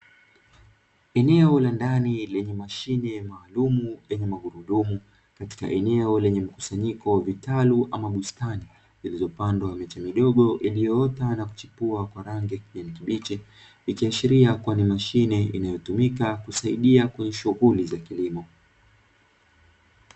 Eneo la ndani lenye mashine maalumu yenye magurudumu, katika eneo lenye mkusanyiko wa vitalu ama bustani, zilivyopandwa miche midogo iliyoota na kuchipua kwa rangi ya kijani kibichi, ikiashiria kuwa ni mashine inayotumika kusaidia kwenye shughuli za kilimo.